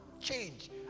Change